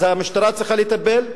אז המשטרה צריכה לטפל?